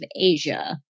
Asia